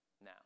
now